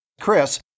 Chris